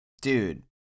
Dude